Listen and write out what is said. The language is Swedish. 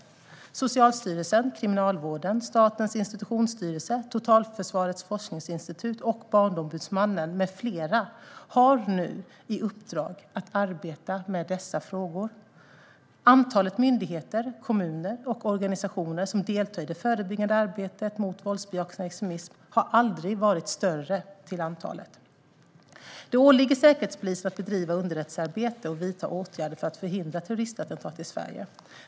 Bland andra Socialstyrelsen, Kriminalvården, Statens institutionsstyrelse, Totalförsvarets forskningsinstitut och Barnombudsmannen har nu i uppdrag att arbeta med dessa frågor. Antalet myndigheter, kommuner och organisationer som deltar i det förebyggande arbetet mot våldsbejakande extremism har aldrig varit större. Det åligger Säkerhetspolisen att bedriva underrättelsearbete och vidta åtgärder för att förhindra terroristattentat i Sverige.